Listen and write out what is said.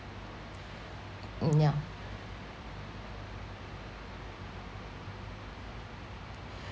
mm yeah